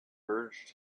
urged